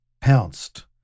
pounced